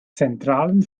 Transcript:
zentralen